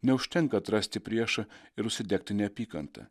neužtenka atrasti priešą ir užsidegti neapykanta